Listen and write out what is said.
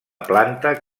planta